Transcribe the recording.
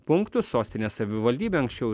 punktus sostinės savivaldybė anksčiau